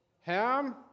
Ham